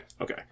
Okay